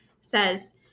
says